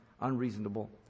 unreasonable